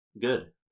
good